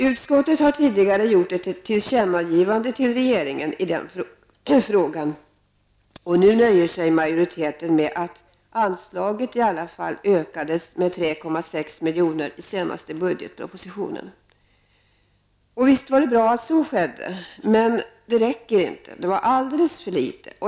Utskottet har tidigare föreslagit ett tillkännagivande till regeringen i den frågan, och nu nöjer sig majoriteten med att konstatera att anslaget i alla fall ökades med 3,6 milj.kr. i den senaste budgetpropositionen. Visst var det bra att så skedde, men det räcker inte. Det var alldeles för litet.